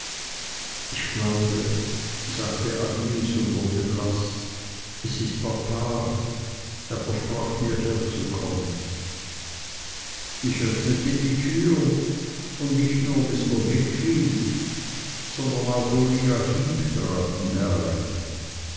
ich glaube sagte agnes und wurde blaß es ist papa er versprach mir herzukommen ich öffnete die tür und nicht nur mr wickfield sondern auch uriah heep traten herein